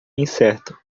incerto